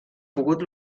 pogut